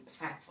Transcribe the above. impactful